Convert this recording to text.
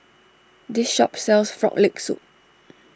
this shop sells Frog Leg Soup